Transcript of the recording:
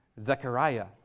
Zechariah